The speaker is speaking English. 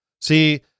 See